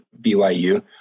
BYU